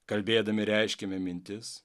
kalbėdami reiškiame mintis